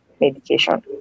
medication